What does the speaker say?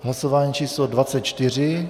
Hlasování číslo 24.